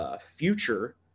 future